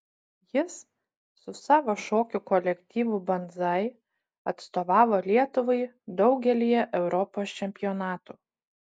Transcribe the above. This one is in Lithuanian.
jis su savo šokių kolektyvu banzai atstovavo lietuvai daugelyje europos čempionatų